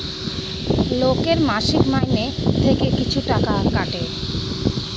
লোকের মাসিক মাইনে থেকে কিছু টাকা কাটে